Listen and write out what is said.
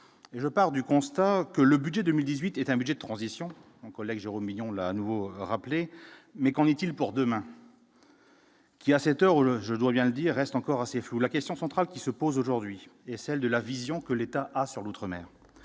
et je pars du constat que le budget 2018, est un budget de transition en collègues Jérôme Bignon l'a à nouveau rappelé mais qu'en est-il pour demain. Il y a 7 heures je dois bien dire reste encore assez floues, la question centrale qui se pose aujourd'hui est celle de la vision que l'État assure l'outre- mer,